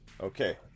Okay